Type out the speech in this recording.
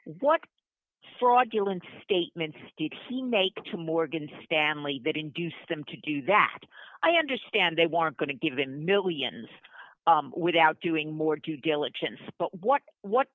what fraudulent statements did he make to morgan stanley that induced him to do that i understand they were going to give him millions without doing more due diligence but what what